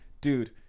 dude